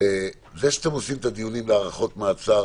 זה שאתם עושים את הדיונים להארכות מעצר